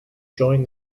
join